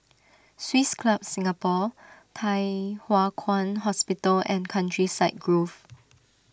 Swiss Club Singapore Thye Hua Kwan Hospital and Countryside Grove